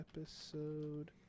episode